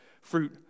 fruit